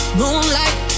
moonlight